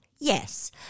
Yes